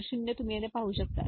तर 0 येथे तुम्ही 0 पाहू शकता